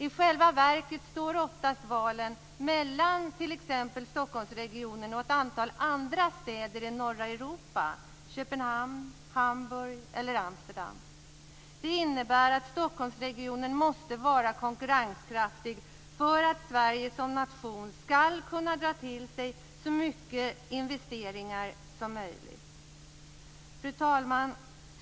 I själva verket står valen oftast mellan t.ex. Stockholmsregionen och ett antal andra städer i norra Europa: Köpenhamn, Hamburg eller Amsterdam. Det innebär att Stockholmsregionen måste vara konkurrenskraftig för att Sverige som nation skall kunna dra till sig så mycket investeringar som möjligt. Fru talman!